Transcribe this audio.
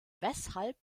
weshalb